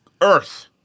earth